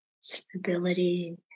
stability